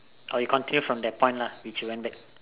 or you continue from that point lah which you went back